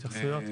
התייחסויות?